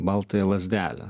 baltąją lazdelę